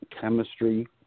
chemistry